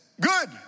good